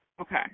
Okay